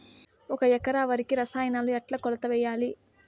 ఒక ఎకరా వరికి రసాయనాలు ఎట్లా కొలత వేయాలి?